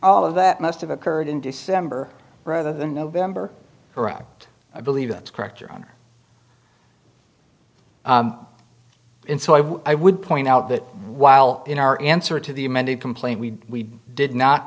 all of that must have occurred in december rather than november correct i believe that's correct your honor and so i would i would point out that while in our answer to the amended complaint we did not